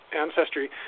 ancestry